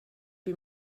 wie